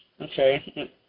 Okay